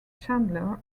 chandler